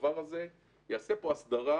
הדבר הזה יעשה פה הסדרה,